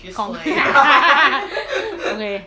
kong okay